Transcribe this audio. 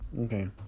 Okay